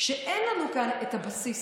כשאין לנו כאן את הבסיס,